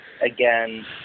again